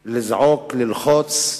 לזעוק, ללחוץ,